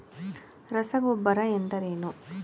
ರಸಗೊಬ್ಬರ ಎಂದರೇನು?